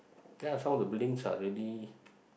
then I found the blinks are already